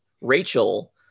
Rachel